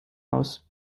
aus